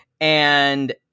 and-